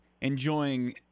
enjoying